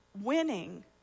Winning